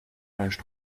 pages